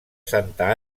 santa